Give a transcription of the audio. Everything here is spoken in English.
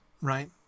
right